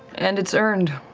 and it's earned.